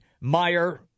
Meyer